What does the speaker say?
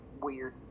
weird